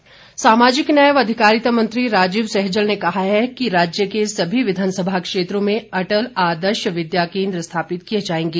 सैजल सामाजिक न्याय व अधिकारिता मंत्री राजीव सैजल ने कहा है कि राज्य के सभी विधानसभा क्षेत्रों में अटल आदर्श विद्या केन्द्र स्थापित किए जाएंगे